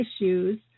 issues